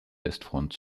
westfront